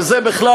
וזה בכלל,